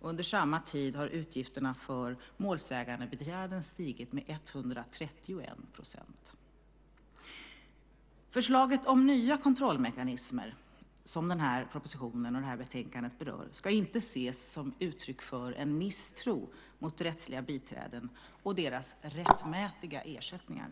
Under samma tid har utgifterna för målsägarbiträden stigit med 131 %. Förslaget om nya kontrollmekanismer, som den här propositionen och det här betänkandet berör, ska inte ses som uttryck för en misstro mot rättsliga biträden och deras rättmätiga ersättningar.